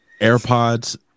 AirPods